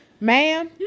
Ma'am